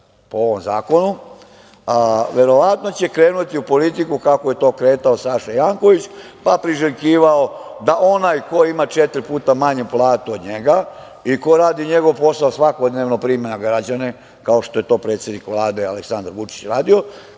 po ovom zakonu, verovatno će krenuti u politiku kako je to kretao Saša Janković, pa priželjkivao da onaj ko ima četiri puta manju platu od njega i ko radi njegov posao svakodnevno, prima građane, kao što je to predsednik Vlade Aleksandar Vučić radio,